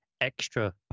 extra